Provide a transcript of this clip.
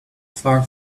far